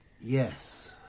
yes